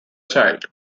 child